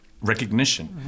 recognition